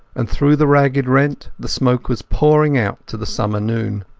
and through the ragged rent the smoke was pouring out to the summer noon.